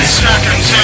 seconds